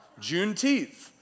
Juneteenth